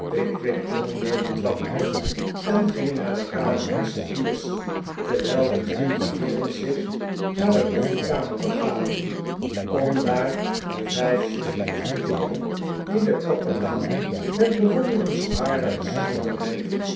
klom weer de trap af en ging naar de kamer der cipiers terwijl de drie heeren zich naar de koffiekamer begaven om daar de vijf shilling te verteren die de kapelaan met bewonderenswaardige schranderheid